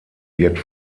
wird